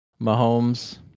Mahomes